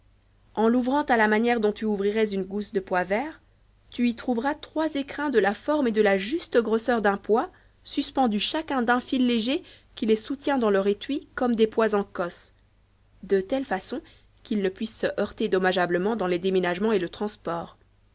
en l'ouvrant à la manière dont tu ouvrirais une gousse do pois verts tu y trouveras trois écrins de la forme et de la juste grosseur d'un pois suspendus chacun d'un fil léger qui les soutient dans leur étui comme des pois en cosse de telle façon qu'ils ne puissent se heurter dommageablement dans les déménagements et le transport